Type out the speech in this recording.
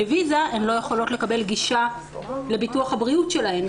בלי ויזה הן לא יכולות לקבל גישה לביטוח הבריאות שלהן,